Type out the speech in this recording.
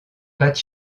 pâte